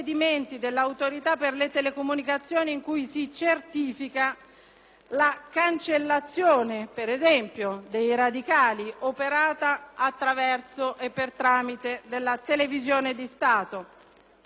la cancellazione, per esempio, dei radicali operata attraverso e per tramite della televisione di Stato. Senza conoscere non è dato deliberare.